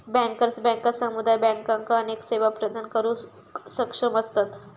bankers बँका समुदाय बँकांका अनेक सेवा प्रदान करुक सक्षम असतत